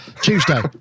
Tuesday